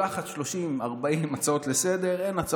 היא שולחת 40-30 הצעות לסדר-היום,